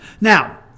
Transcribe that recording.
Now